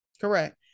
Correct